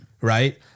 Right